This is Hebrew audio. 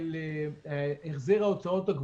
הוצאות ריבית הן לא חלק מהתשומות.